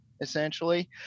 essentially